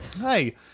Hey